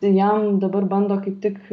jam dabar bando kaip tik